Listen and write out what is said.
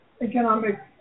economic